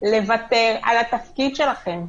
לוותר על התפקיד שלכם.